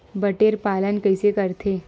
बटेर पालन कइसे करथे?